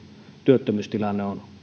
työttömyystilanne on